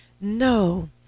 No